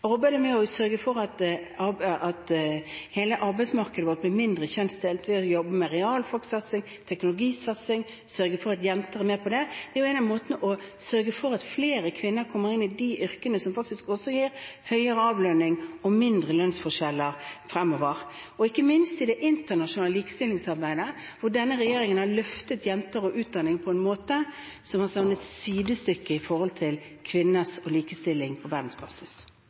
arbeider med å sørge for at hele arbeidsmarkedet vårt blir mindre kjønnsdelt, ved å jobbe med realfagssatsing og teknologisatsing og sørge for at jenter er med på det. Det er også en av måtene å sørge for at flere kvinner kommer inn i de yrkene som gir høyere avlønning og mindre lønnsforskjeller fremover. Ikke minst også når det gjelder det internasjonale likestillingsarbeidet, har denne regjeringen løftet jenter og utdanning på en måte som har savnet sidestykke på verdensbasis når det gjelder kvinner og likestilling.